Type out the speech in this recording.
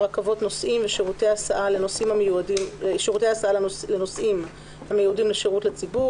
רכבות נוסעים ושירותי הסעה לנוסעים המיועדים לשירות לציבור,